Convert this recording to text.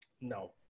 No